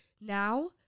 now